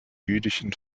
jüdischen